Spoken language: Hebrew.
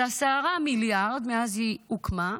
זה 10 מיליארד מאז שהיא הוקמה,